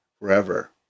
forever